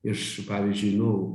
iš pavyzdžiui nu